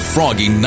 Froggy